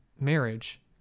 marriage